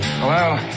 Hello